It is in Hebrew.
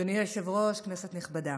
אדוני היושב-ראש, כנסת נכבדה,